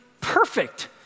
perfect